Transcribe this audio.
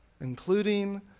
including